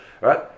right